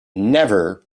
never